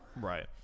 Right